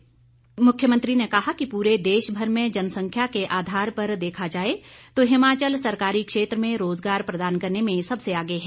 प्रश्नकाल दो मुख्यमंत्री ने कहा कि पूरे देशभर में जनसंख्या के आधार पर देखा जाए तो हिमाचल सरकारी क्षेत्र में रोजगार प्रदान करने में सबसे आगे है